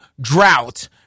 drought